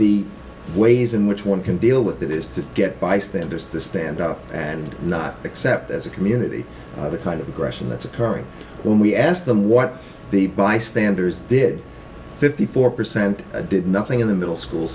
the ways in which one can deal with that is to get bystanders to stand up and not accept as a community the kind of aggression that's occurring when we asked them what the bystanders did fifty four percent did nothing in the middle school